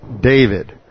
David